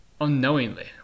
unknowingly